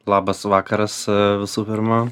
labas vakaras visų pirma